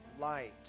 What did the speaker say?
light